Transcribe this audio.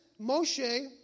Moshe